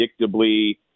predictably